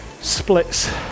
splits